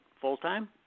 full-time